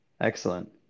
Excellent